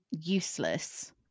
useless